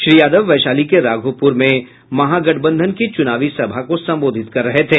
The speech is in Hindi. श्री यादव वैशाली के राघोपुर में महागठबंधन की चुनावी सभा को संबोधित कर रहे थे